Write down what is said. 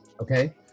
okay